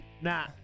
nah